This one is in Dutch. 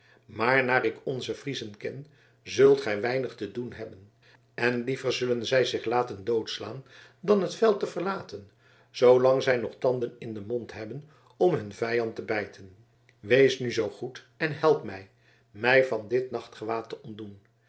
maar naar ik onze friezen ken zult gij weinig te doen hebben en liever zullen zij zich laten doodslaan dan het veld te verlaten zoolang zij nog tanden in den mond hebben om hun vijand te bijten wees nu zoo goed en help mij mij van dit nachtgewaad te ontdoen